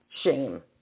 shame